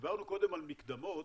כשדיברנו קודם על מקדמות,